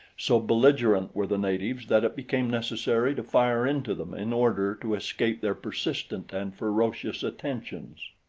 so belligerent were the natives that it became necessary to fire into them in order to escape their persistent and ferocious attentions.